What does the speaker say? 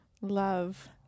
love